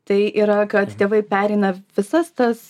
tai yra kad tėvai pereina visas tas